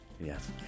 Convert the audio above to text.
Yes